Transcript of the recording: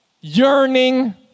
yearning